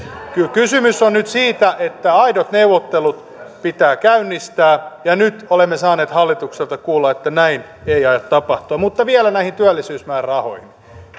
kysymys on nyt siitä että aidot neuvottelut pitää käynnistää ja nyt olemme saaneet hallitukselta kuulla että näin ei aio tapahtua mutta vielä näihin työllisyysmäärärahoihin